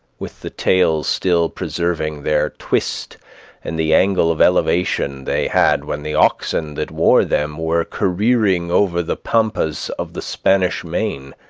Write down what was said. with the tails still preserving their twist and the angle of elevation they had when the oxen that wore them were careering over the pampas of the spanish main